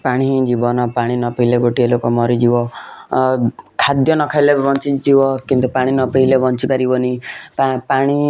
ପାଣି ହିଁ ଜୀବନ ପାଣି ନ ପିଇଲେ ଗୋଟିଏ ଲୋକ ମରିଯିବ ଖାଦ୍ୟ ନ ଖାଇଲେ ବଞ୍ଚିଯିବ କିନ୍ତୁ ପାଣି ନ ପିଇଲେ ବଞ୍ଚିପାରିବନି ପା ପାଣି